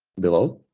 below,